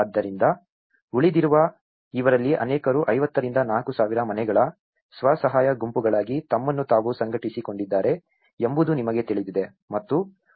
ಆದ್ದರಿಂದ ಉಳಿದಿರುವ ಇವರಲ್ಲಿ ಅನೇಕರು 50 ರಿಂದ 4000 ಮನೆಗಳ ಸ್ವ ಸಹಾಯ ಗುಂಪುಗಳಾಗಿ ತಮ್ಮನ್ನು ತಾವು ಸಂಘಟಿಸಿಕೊಂಡಿದ್ದಾರೆ ಎಂಬುದು ನಿಮಗೆ ತಿಳಿದಿದೆ